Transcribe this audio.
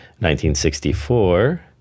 1964